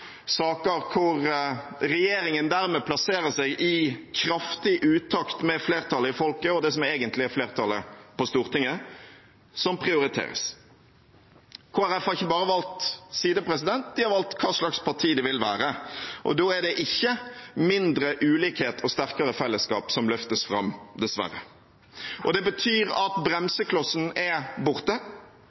saker hvor regjeringen dermed plasserer seg i kraftig utakt med flertallet i folket og det som egentlig er flertallet på Stortinget, som prioriteres. Kristelig Folkeparti har ikke bare valgt side; de har valgt hva slags parti de vil være. Da er det ikke mindre ulikhet og sterkere fellesskap som løftes fram, dessverre. Det betyr at bremseklossen er borte,